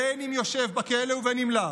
בין אם הוא יושב בכלא ובין אם לאו,